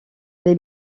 les